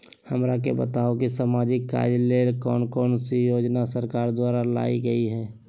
हमरा के बताओ कि सामाजिक कार्य के लिए कौन कौन सी योजना सरकार द्वारा लाई गई है?